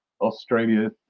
Australia